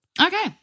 Okay